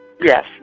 Yes